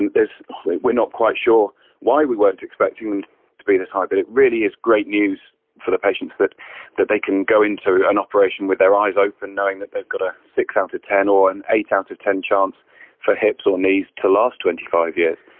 and we are not quite sure why we weren't expecting them to be this high but it really is great news for the patients, that that they can go into an operation with their eyes open knowing that they've got a six out of ten or an eight out of ten chance for hips or knees to last twenty five years.